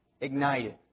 ignited